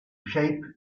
shape